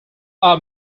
are